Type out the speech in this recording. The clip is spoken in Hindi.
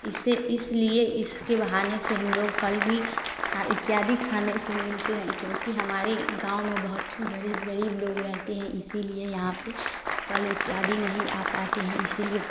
इससे इसलिए इसके बहाने से हम लोग को फल भी खा इत्यादि खाने को मिलते हैं क्योंकि हमारे गाँव में बहुत ही गरीब गरीब लोग रहते हैं इसीलिए यहाँ पे फल इत्यादि नहीं आ पाते हैं इसीलिए